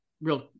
real